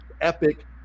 epic